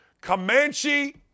Comanche-